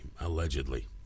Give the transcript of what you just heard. allegedly